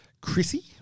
Chrissy